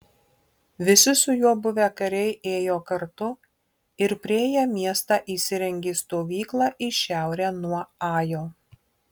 visi su juo buvę kariai ėjo kartu ir priėję miestą įsirengė stovyklą į šiaurę nuo ajo